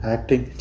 Acting